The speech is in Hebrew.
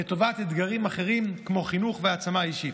לטובת אתגרים אחרים כמו חינוך והעצמה האישית.